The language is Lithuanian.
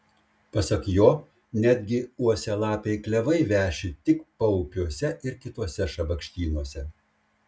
pasak jo netgi uosialapiai klevai veši tik paupiuose ir kituose šabakštynuose